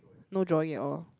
no drawing at all